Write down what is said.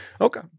Okay